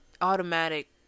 automatic